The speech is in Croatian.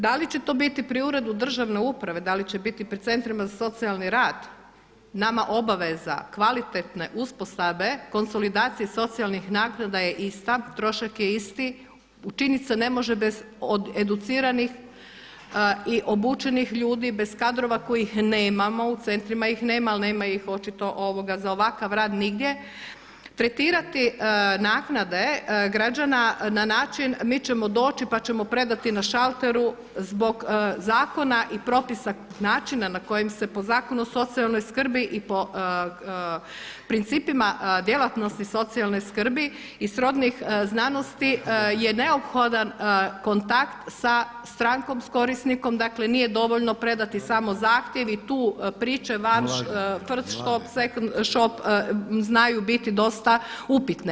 Da li će to biti pri Uredu državne uprave, da li će biti pri centrima za socijalni rad, nama obaveza kvalitetne uspostave konsolidacije socijalnih naknada je ista, trošak je isti učinit se ne može bez educiranih i obučenih ljudi, bez kadrova kojih nemamo u centrima ih nema, ali nema ih očito za ovakav rad nigdje, tretirati naknade građana na način mi ćemo doći pa ćemo predati na šalteru zbog zakona i propisa načina na kojim se po zakonu o socijalnoj skrbi i po principima djelatnosti socijalne skrbi i srodnih znanosti je neophodan kontakt sa strankom s korisnikom, dakle nije dovoljno predati samo zahtjev i tu priče … shop znaju biti dosta upitne.